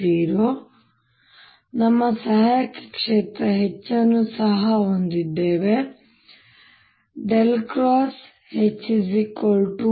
B0 ನಾವು ಸಹಾಯಕ ಕ್ಷೇತ್ರ H ಅನ್ನು ಸಹ ಹೊಂದಿದ್ದೇವೆ ಇದು Hjfree